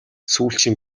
сүүлчийн